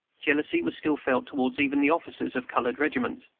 jealousy was still felt towards even the officers of colored regiments,